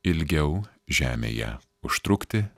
ilgiau žemėje užtrukti